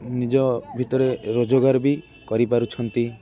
ନିଜ ଭିତରେ ରୋଜଗାର ବି କରିପାରୁଛନ୍ତି